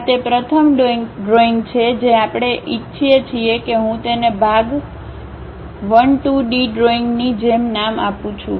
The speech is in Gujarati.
આ તે પ્રથમ ડ્રોઇંગ છે જે આપણે ઇચ્છું છું કે હું તેને ભાગ 1 2 ડી ડ્રોઇંગની જેમ નામ આપું છું